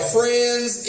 friends